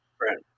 right